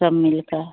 सब मिलकर